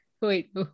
wait